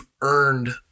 earned